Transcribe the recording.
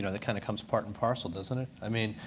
you know that kind of comes part and parcel, doesn't it? i mean,